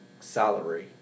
salary